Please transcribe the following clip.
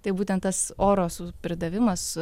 tai būtent tas oro su pridavimas